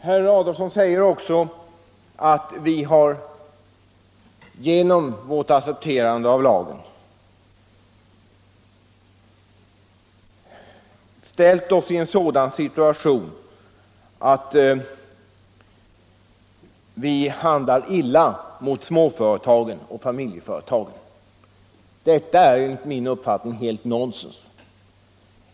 Herr Adolfsson säger också att vi genom vårt accepterande av lagen har ställt oss i en sådan situation att vi handlar illa mot småföretagen och familjeföretagen. Detta är enligt min uppfattning rent nonsens.